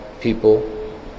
people